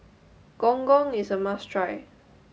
Gong Gong is a must try